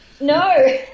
No